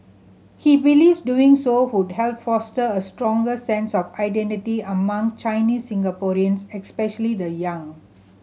he believes doing so would help foster a stronger sense of identity among Chinese Singaporeans especially the young